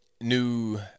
new